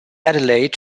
adelaide